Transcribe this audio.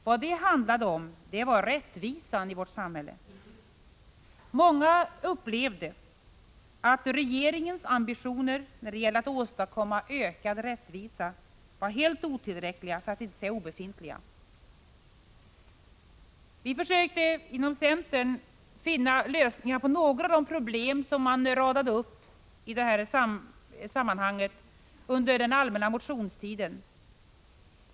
Vad det handlade om var rättvisan i vårt samhälle. Många människor upplevde att regeringens ambitioner för att åstadkomma ökad rättvisa var helt otillräckliga — för att inte säga obefintliga. Vi försökte inom centern att finna lösningar på några av de problem som radades upp under den allmänna motionstiden.